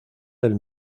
del